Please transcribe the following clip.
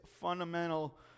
fundamental